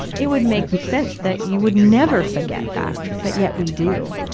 it would makes sense that you would never forget that. but yet, we do.